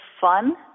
fun